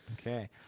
Okay